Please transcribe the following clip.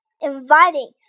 inviting